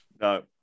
No